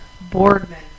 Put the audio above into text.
Boardman